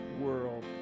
world